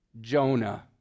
Jonah